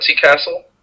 castle